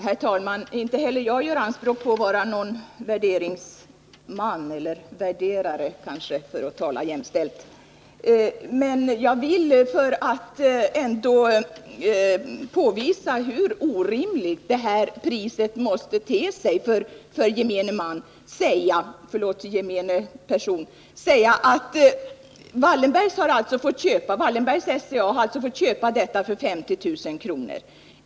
Herr talman! Inte heller jag gör anspråk på att vara någon värderingsman — eller värderare, för att tala jämställt. Men jag vill för att påvisa hur orimligt det här priset måste te sig för gemene man -— förlåt, gemene person — säga att Wallenbergs/SCA alltså fått köpa dessa skogsöar för 50 000 kr.